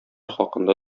хакында